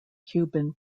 cuban